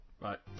right